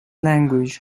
language